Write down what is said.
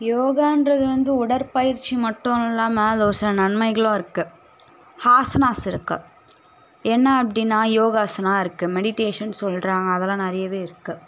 யோகான்றது வந்து உடற்பயிற்சி மட்டும் இல்லாமல் அதில் ஒரு சில நன்மைகளும் இருக்குது ஹாசனாஸ் இருக்குது என்ன அப்படினா யோகாசனா இருக்குது மெடிட்டேஷன் சொல்கிறாங்க அதெலாம் நிறையவே இருக்குது